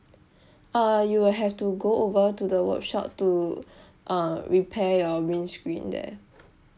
uh you will have to go over to the workshop to uh repair your windscreen there